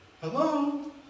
Hello